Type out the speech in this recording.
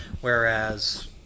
Whereas